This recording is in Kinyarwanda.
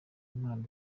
impano